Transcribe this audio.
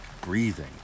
breathing